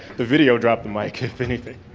the video dropped the mic, if anything.